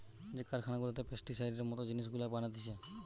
যে কারখানা গুলাতে পেস্টিসাইডের মত জিনিস গুলা বানাতিছে